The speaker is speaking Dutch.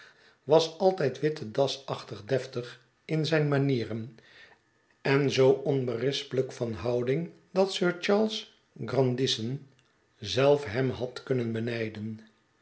was altijd witte dasachtig deftig in zijn rnanieren en zoo onberispelijk van houding dat sir charles grandison zelf hem had kunnen benijden